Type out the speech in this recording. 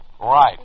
Right